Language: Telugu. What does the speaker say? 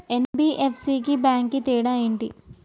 ఎన్.బి.ఎఫ్.సి కి బ్యాంక్ కి తేడా ఏంటి?